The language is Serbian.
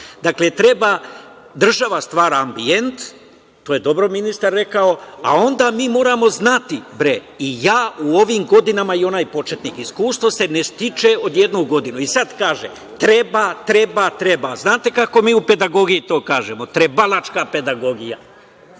Balkanu. Dakle, država stvara ambijent, to je dobro ministar rekao, a onda mi moramo znati, bre, i ja u ovim godinama i onaj početnik. Iskustvo se ne stiče za jednu godinu. Sad kaže – treba, treba, treba. Znate kako mi u pedagogiji to kažemo? Trebalačka pedagogija,